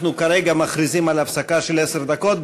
אנחנו כרגע מכריזים על הפסקה של עשר דקות.